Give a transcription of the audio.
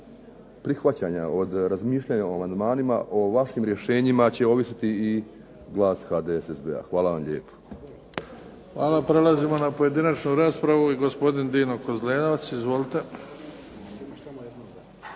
prihvaćanja, od razmišljanja o amandmanima, o vašim rješenjima će ovisiti i glas HDSSB-a. Hvala vam lijepo. **Bebić, Luka (HDZ)** Hvala. Prelazimo na pojedinačnu raspravu i gospodin Dino Kozlevac. Izvolite.